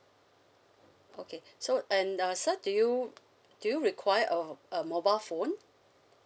okay so and uh sir do you do you require a a mobile phone